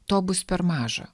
to bus per maža